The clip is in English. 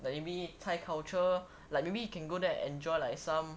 like maybe thai culture like maybe you can go there enjoy like some